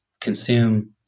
consume